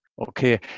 Okay